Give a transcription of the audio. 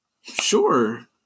Sure